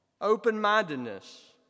Open-mindedness